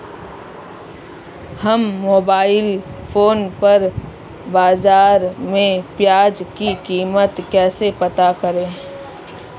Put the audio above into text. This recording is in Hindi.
हम मोबाइल फोन पर बाज़ार में प्याज़ की कीमत कैसे पता करें?